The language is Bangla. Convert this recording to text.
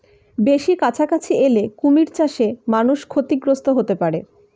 বেশি কাছাকাছি এলে কুমির চাষে মানুষ ক্ষতিগ্রস্ত হতে পারে